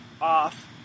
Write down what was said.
off